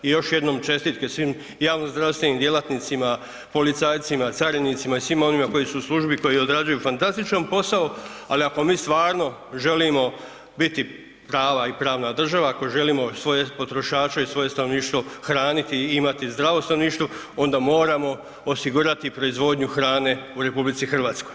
I još jednom čestitke svim javnozdravstvenim djelatnicima policajcima, carinicima i svima onima koji su u službi koji odrađuju fantastičan posao, ali ako mi stvarno želimo biti prava i pravna država, ako želimo svoje potrošače i svoje stanovništvo hraniti i imati zdravo stanovništvo onda moramo osigurati proizvodnju hrane u RH.